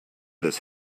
this